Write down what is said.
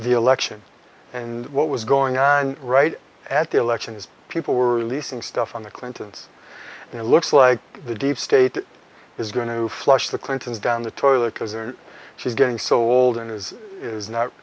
the election and what was going on right at the election is people were releasing stuff on the clintons and it looks like the deep state is going to flush the clintons down the toilet because their she's getting sold and is is not